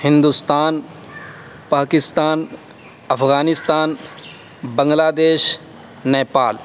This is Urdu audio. ہندوستان پاکستان افعانستان بنگلہ دیش نیپال